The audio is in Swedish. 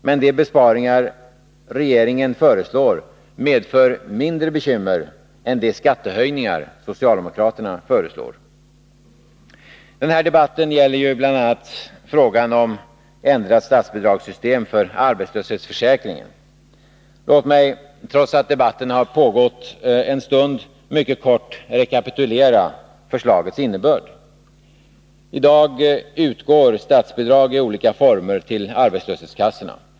Men de besparingar regeringen föreslår medför mindre bekymmer än de skattehöjningar socialdemokraterna föreslår. Den här debatten gäller bl.a. frågan om ändrat statsbidragssystem för arbetslöshetsförsäkringen. Låt mig, trots att debatten pågått en stund, mycket kort få rekapitulera förslagets innebörd. I dag utgår statsbidrag i olika former till arbetslöshetskassorna.